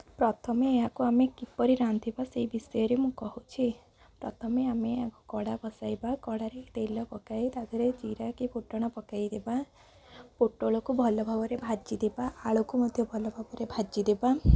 ପ୍ରଥମେ ଏହାକୁ ଆମେ କିପରି ରାନ୍ଧିବା ସେଇ ବିଷୟରେ ମୁଁ କହୁଛି ପ୍ରଥମେ ଆମେ ଏହାକୁ କଡ଼ା ବସାଇବା କଡ଼ାରେ ତେଲ ପକାଇ ତା ଦେହରେ ଜିରା କି ଫୁଟଣ ପକାଇଦେବା ପୋଟଳକୁ ଭଲ ଭାବରେ ଭାଜିଦେବା ଆଳୁକୁ ମଧ୍ୟ ଭଲ ଭାବରେ ଭାଜିଦେବା